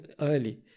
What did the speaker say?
early